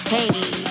Hey